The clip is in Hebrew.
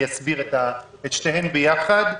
אני אסביר את שתיהן ביחד.